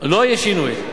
לא יהיה שינוי.